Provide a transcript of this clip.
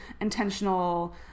intentional